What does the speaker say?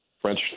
French